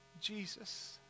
Jesus